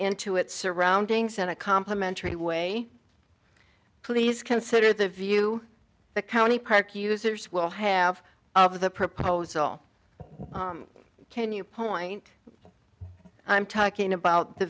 into its surroundings in a complimentary way please consider the view the county park users will have of the proposal can you point i'm talking about the